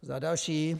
Za další.